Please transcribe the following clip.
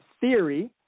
theory